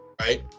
right